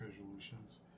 resolutions